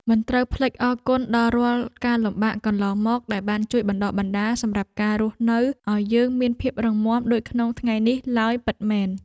មិនត្រូវភ្លេចអរគុណដល់រាល់ការលំបាកកន្លងមកដែលបានជួយបណ្តុះបណ្តាលសម្រាប់ការរស់នៅឱ្យយើងមានភាពរឹងមាំដូចក្នុងថ្ងៃនេះឡើយពិតមែន។